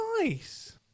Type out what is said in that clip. nice